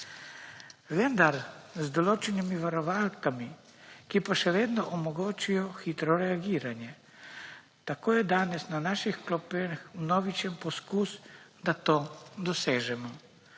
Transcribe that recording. vendar z določenimi varovalkami, ki pa še vedno omogočajo hitro reagiranje. Tako je danes na naših klopeh vnovičen poskus, da to dosežemo.